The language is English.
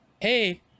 hey